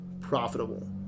profitable